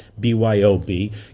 BYOB